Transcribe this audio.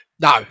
No